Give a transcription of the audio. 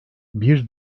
bir